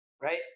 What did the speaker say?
right